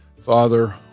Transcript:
father